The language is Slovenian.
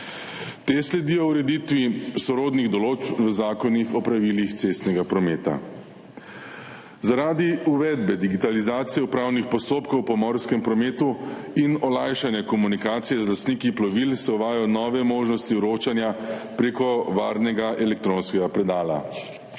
Te sledijo ureditvi sorodnih določb v Zakonu o pravilih cestnega prometa. Zaradi uvedbe digitalizacije upravnih postopkov v pomorskem prometu in olajšanja komunikacije z lastniki plovil se uvajajo nove možnosti vročanja prek varnega elektronskega predala.